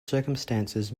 circumstances